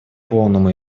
полному